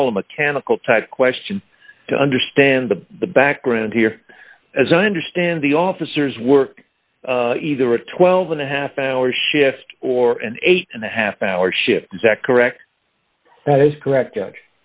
call a mechanical type question to understand the the background here as i understand the officers work either a twelve and a half hour shift or an eight and a half hour shift that correct that is correct